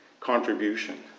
contribution